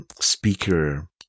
speaker